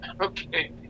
okay